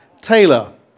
Taylor